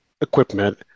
equipment